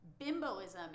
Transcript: bimboism